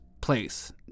place